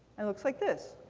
it looks like this.